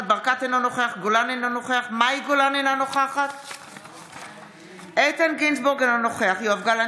אינו נוכח איתמר בן גביר,